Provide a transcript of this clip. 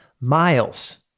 miles